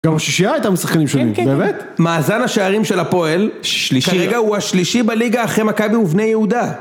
גם השישייה הייתה משחקנים שונים (כן כן), באמת? מאזן השערים של הפועל, שלישי, כרגע הוא השלישי בליגה אחרי מכבי ובני יהודה.